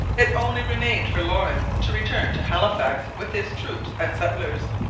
it only remained for lawrence to return to halifax with his troops and settlers.